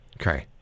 Okay